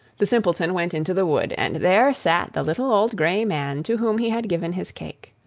the simpleton went into the wood, and there sat the little old grey man to whom he had given his cake.